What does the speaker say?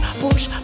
push